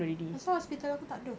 asal hospital aku takde